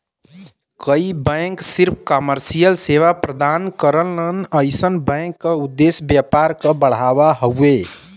कई बैंक सिर्फ कमर्शियल सेवा प्रदान करलन अइसन बैंक क उद्देश्य व्यापार क बढ़ाना हउवे